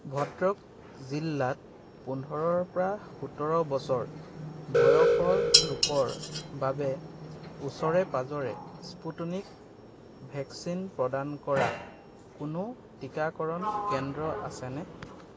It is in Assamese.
ভদ্ৰক জিলাত পোন্ধৰৰ পৰা সোতৰ বছৰ বয়সৰ লোকৰ বাবে ওচৰে পাঁজৰে স্পুটনিক ভেকচিন প্ৰদান কৰা কোনো টীকাকৰণ কেন্দ্ৰ আছেনে